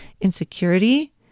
insecurity